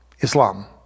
Islam